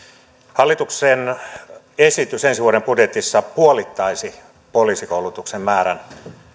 hallituksen esitys ensi vuoden budjetissa puolittaisi poliisikoulutuksen määrän